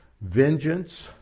vengeance